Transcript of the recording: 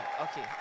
Okay